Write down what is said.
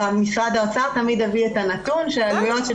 משרד האוצר תמיד הביא את הנתון שעלויות של